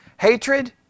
Hatred